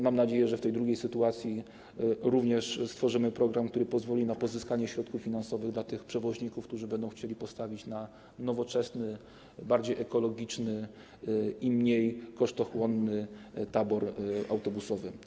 Mam nadzieję, że w tej drugiej sytuacji również stworzymy program, który pozwoli na pozyskanie środków finansowych dla tych przewoźników, którzy będą chcieli postawić na nowoczesny, bardziej ekologiczny i mniej kosztochłonny tabor autobusowy.